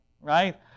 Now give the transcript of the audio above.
right